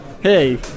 hey